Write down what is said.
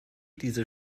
diese